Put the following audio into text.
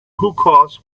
hookahs